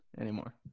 anymore